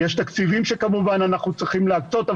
יש תקציבים שכמובן אנחנו צריכים להקצות.